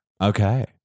Okay